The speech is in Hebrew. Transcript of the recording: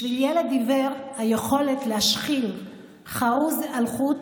בשביל ילד עיוור היכולת להשחיל חרוז על חוט